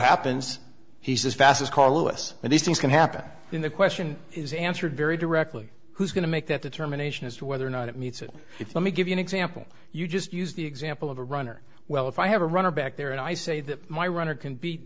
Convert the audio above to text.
happens he's as fast as carl lewis and these things can happen in the question is answered very directly who's going to make that determination as to whether or not it meets it let me give you an example you just used the example of a runner well if i have a runner back there and i say that my runner can be